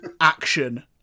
action